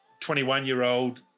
21-year-old